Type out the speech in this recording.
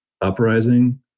uprising